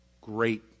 great